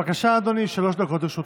בבקשה אדוני, שלוש דקות לרשותך.